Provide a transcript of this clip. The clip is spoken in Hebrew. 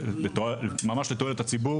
ממש לתועלת הציבור.